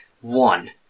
One